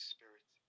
Spirit